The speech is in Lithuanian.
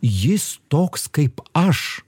jis toks kaip aš